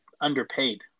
underpaid